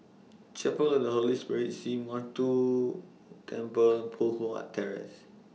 Chapel of The Holy Spirit Sree Temple Poh Huat Terrace